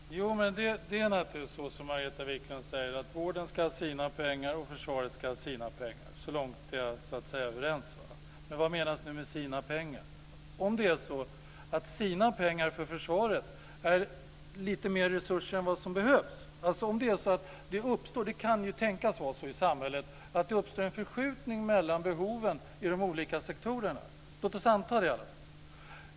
Herr talman! Det är naturligtvis så som Margareta Viklund säger att vården ska ha sina pengar och försvaret ska ha sina pengar. Så långt är vi överens. Men vad menas med "sina pengar"? Tänk om försvaret får lite mer resurser än vad som behövs och det uppstår en förskjutning mellan behoven i de olika sektorerna! Det kan ju vara så i samhället. Låt oss anta att det är så i alla fall!